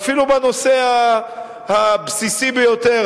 ואפילו בנושא הבסיסי ביותר,